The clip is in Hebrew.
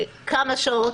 כמה שעות,